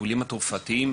הטיפולים התרופתיים,